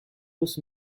was